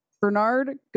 Bernard